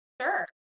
Sure